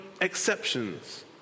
exceptions